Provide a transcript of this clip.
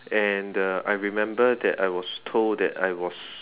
and uh I remembered that I was told that I was